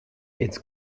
its